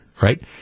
right